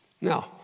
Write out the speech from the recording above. Now